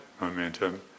momentum